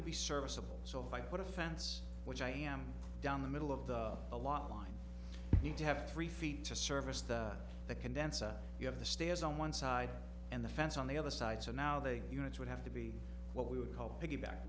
to be serviceable so if i put a fence which i am down the middle of the a lot line need to have three feet to service the the condenser you have the stairs on one side and the fence on the other side so now the units would have to be what we would call